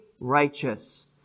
righteous